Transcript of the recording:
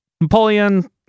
Napoleon